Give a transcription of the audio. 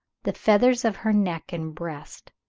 the feathers of her neck and breast.